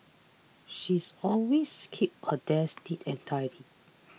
she's always keeps her desk neat and tidy